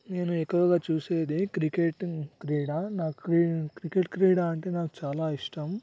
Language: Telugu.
నేను ఎక్కువగా చూసేదే క్రికెట్ క్రీడ నాకు క్రీ క్రికెట్ క్రీడ అంటే నాకు చాలా ఇష్టం